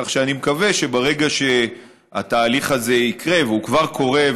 כך שאני מקווה שברגע שהתהליך הזה יקרה והוא כבר קורה,